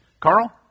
carl